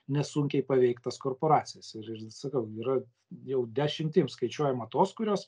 nesunkiai paveikt tas korporacijas ir ir sakau yra jau dešimtim skaičiuojama tos kurios